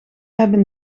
hebben